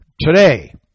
Today